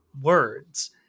words